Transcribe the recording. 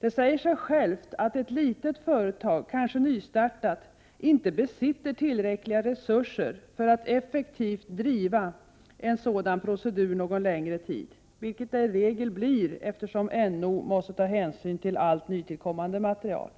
Det säger sig självt att ett litet, kanske nystartat företag inte besitter tillräckliga resurser för att effektivt driva en sådan procedur någon längre tid, vilket det i regel blir fråga om, eftersom NO måste ta hänsyn till allt nytillkommande material.